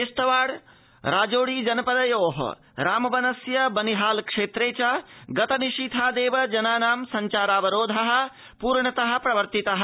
किश्तवाड़ राजौरी जनपदयोः रामबनस्य बानिहाल क्षेत्रे च गत निशीथादेव जनानां सब्चारावरोधः पूर्णतया प्रवर्तितः